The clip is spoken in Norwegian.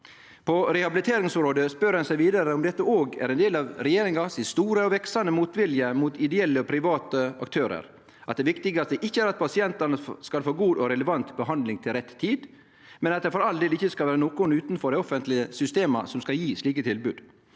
På rehabiliteringsområdet spør ein seg vidare om dette også er ein del av regjeringa sin store og veksande motvilje mot ideelle og private aktørar, at det viktige ikkje er at pasientane skal få god og relevant behandling til rett tid, men at det for all del ikkje er nokon utanfor dei offentlege systema som skal gje slike tilbod.